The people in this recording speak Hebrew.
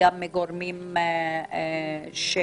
וגם מגורמים אחרים,